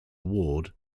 ward